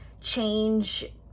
change